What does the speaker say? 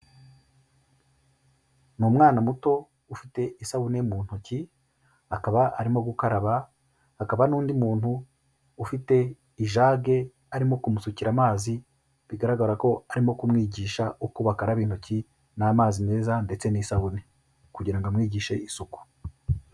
Ni umwana muto ufite isabune mu ntoki, akaba arimo gukaraba, hakaba n'undi muntu ufite ijage arimo kumusukira amazi, bigaragara ko arimo kumwigisha uko bakaraba intoki n'amazi meza ndetse n'isabune, kugira ngo amwigishe isuku.